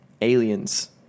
Aliens